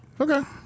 Okay